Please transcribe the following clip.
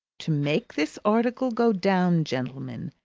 to make this article go down, gentlemen,